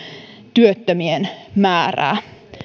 työttömien määrää